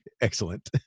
excellent